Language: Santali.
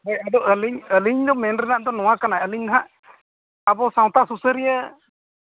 ᱦᱳᱭ ᱟᱫᱚ ᱟᱹᱞᱤᱧ ᱟᱹᱞᱤᱧ ᱫᱚ ᱢᱮᱱ ᱨᱮᱱᱟᱜ ᱫᱚ ᱱᱚᱣᱟ ᱠᱟᱱᱟ ᱟᱹᱞᱤᱧ ᱦᱟᱸᱜ ᱟᱵᱚ ᱥᱟᱶᱛᱟ ᱥᱩᱥᱟᱹᱨᱤᱭᱟᱹ